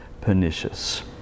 pernicious